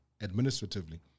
administratively